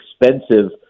expensive